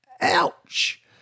Ouch